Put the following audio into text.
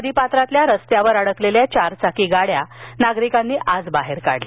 नदीपात्रातील रस्त्यावर अडकलेल्या चारचाकी गाड्या आज नागरिकांनी बाहेर काढल्या